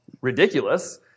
ridiculous